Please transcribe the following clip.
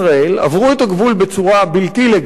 עברו את הגבול בצורה בלתי לגלית.